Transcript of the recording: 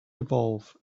evolve